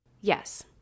Yes